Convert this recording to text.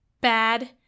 bad